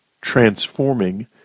transforming